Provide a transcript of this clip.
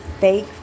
fake